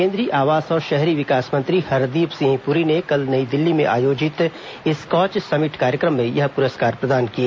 केन्द्रीय आवास और शहरी विकास मंत्री हरदीप सिंह पुरी ने कल नई दिल्ली में आयोजित स्कॉच समिट कार्यक्रम में यह पुरस्कार प्रदान किए